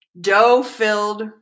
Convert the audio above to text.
dough-filled